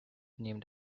named